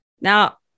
now